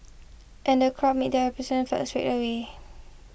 and the crowd made felt straight away